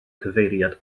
cyfeiriad